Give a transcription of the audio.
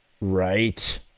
Right